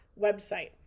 website